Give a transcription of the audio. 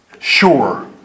sure